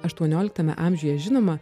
aštuonioliktame amžiuje žinomą